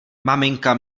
maminka